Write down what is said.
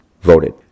voted